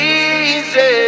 easy